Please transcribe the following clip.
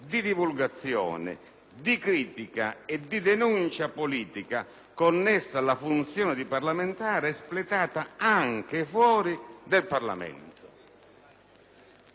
di critica e di denuncia politica connessa alla funzione di parlamentare espletata anche fuori del Parlamento. Questa è la legge.